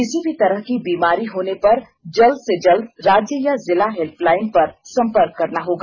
किसी भी तरह की बीमारी होने पर जल्द से जल्द राज्य या जिला हेल्पलाइन पर सम्पर्क करना होगा